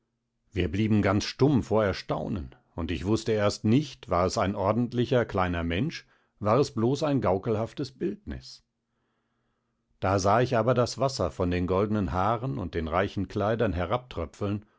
wir blieben ganz stumm vor erstaunen und ich wußte erst nicht war es ein ordentlicher kleiner mensch war es bloß ein gaukelhaftes bildnis da sah ich aber das wasser von den goldnen haaren und den reichen kleidern